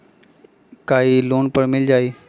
का इ लोन पर मिल जाइ?